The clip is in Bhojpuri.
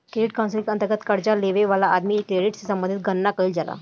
क्रेडिट काउंसलिंग के अंतर्गत कर्जा लेबे वाला आदमी के क्रेडिट से संबंधित गणना कईल जाला